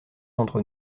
d’entre